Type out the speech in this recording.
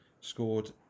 scored